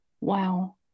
wow